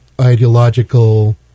ideological